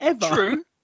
True